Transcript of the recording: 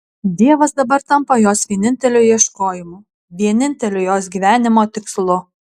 dievas dabar tampa jos vieninteliu ieškojimu vieninteliu jos gyvenimo tikslu